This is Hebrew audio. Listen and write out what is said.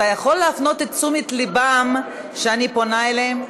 אתה יכול להפנות את תשומת לבם לזה שאני פונה אליהם?